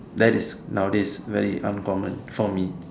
that is nowadays very uncommon for me